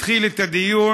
התחיל את הדיון: